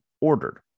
ordered